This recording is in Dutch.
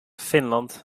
finland